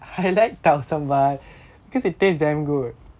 why do you like tau sambal